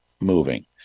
moving